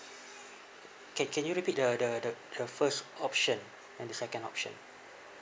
can can you repeat the the the the first option and the second option